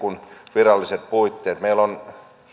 viralliset puitteet meillä on